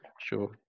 Sure